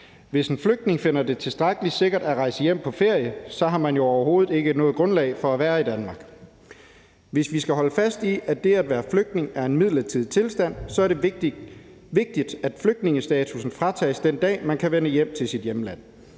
Hvis en flygtning finder det tilstrækkelig sikkert at rejse hjem på ferie, har vedkommende jo overhovedet ikke noget grundlag for at være i Danmark. Hvis vi skal holde fast i, at det at være flygtning er en midlertidig tilstand, er det vigtigt, at flygtningestatussen fratages, den dag man kan vende hjem til sit hjemland.